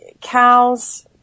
cows